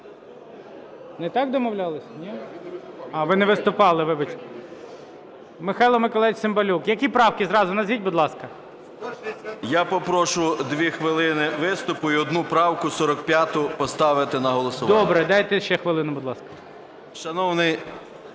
Я попрошу 2 хвилини виступу і одну правку 45 поставити на голосування. ГОЛОВУЮЧИЙ. Добре. Дайте ще хвилину, будь ласка.